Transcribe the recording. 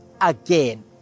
again